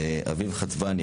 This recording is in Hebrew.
אביב חצבני,